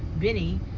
Benny